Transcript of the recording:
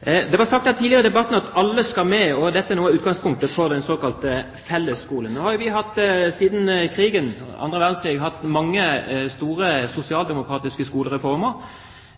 Det har blitt sagt tidligere i debatten at alle skal med. Det er noe av utgangspunktet for den såkalte fellesskolen. Siden annen verdenskrig har vi hatt mange store sosialdemokratiske skolereformer,